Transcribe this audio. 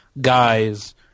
guys